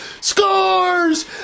Scores